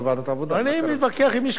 אני מתווכח עם מי שכתב את החוק.